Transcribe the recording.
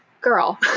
girl